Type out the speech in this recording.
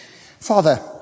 Father